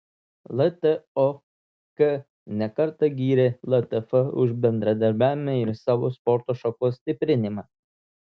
ltok ne kartą gyrė ltf už bendradarbiavimą ir savo sporto šakos stiprinimą